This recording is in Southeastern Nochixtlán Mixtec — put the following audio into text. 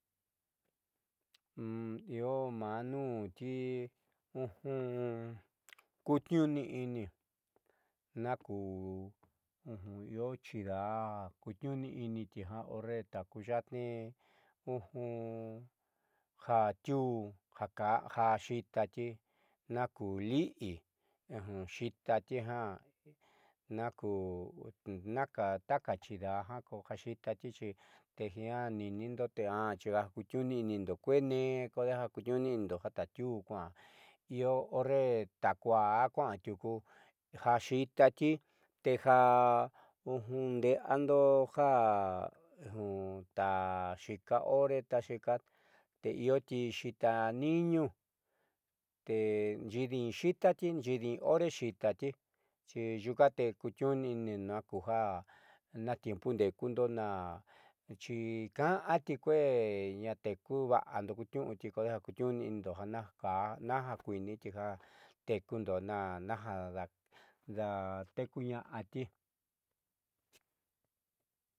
Io maa nuunti kuutniuni naku io chidaá kutniuniti jiaa horre takuyaátnii ja tiuu ja xiitati naku li'ixiitati jiaa naku taka chidaá ja xiitati xi te jiaa ninindo te a xijakutiuni'inindo kuee neen kodeja a kutniooni'inido ja tatiuu kuaá io horre takuaá tiuku jaxiitati teja nde'eando ja taxika horre taxiika te io tixiita niiñuu te nxiidin xiitati te nxiidin hore xiitatixiyuuka te kutniuni nakuja naj tiempo ndeekundo naxi ja'ati kuee a teku va'ando kutniu'uti kodeja kutniuuni'inindo ja naj kuiiniti ja tekundonaja daateekuñaáti.